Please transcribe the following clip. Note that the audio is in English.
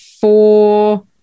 four